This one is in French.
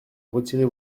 retirer